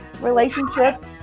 relationship